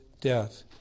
death